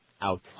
Out